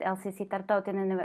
lsi si tarptautiniame